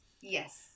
Yes